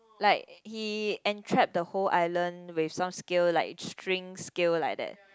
like he entrap the whole island with some skill like string skill like that